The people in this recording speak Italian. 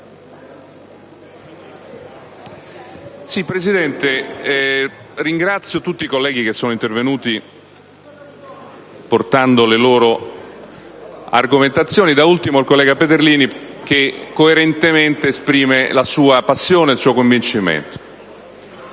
Presidente, ringrazio tutti i colleghi che sono intervenuti portando le loro argomentazioni, da ultimo il collega Peterlini che coerentemente esprime la sua passione, il suo convincimento.